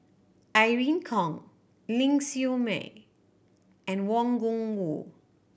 Irene Khong Ling Siew May and Wang Gungwu